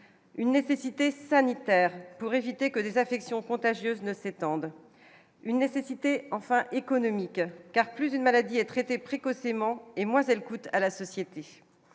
une nécessité sanitaire pour éviter que les affections contagieuses ne s'étende, une nécessité enfin économique car plus d'une maladie et traiter précocement et moins elles coûte à la société